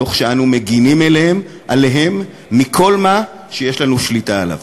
תוך שאנו מגינים עליהם מכל מה שיש לנו שליטה עליו.